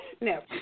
No